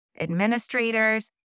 administrators